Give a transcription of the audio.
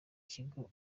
kigo